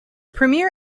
premier